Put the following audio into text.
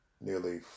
nearly